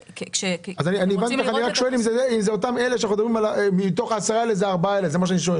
אני רק שואל אם מתוך ה-10 האלה, אלה ה-4 האלה.